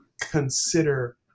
consider